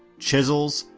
chisels,